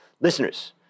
Listeners